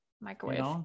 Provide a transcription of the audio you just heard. Microwave